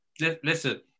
Listen